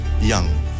young